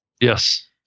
yes